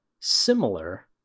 Similar